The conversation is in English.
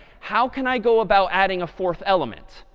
how can i go about adding a fourth element?